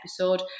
episode